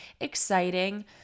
exciting